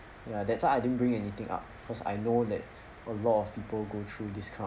ya that's why I didn't bring anything up cause I know that a lot of people go through this kind of